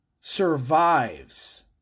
survives